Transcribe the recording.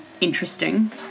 interesting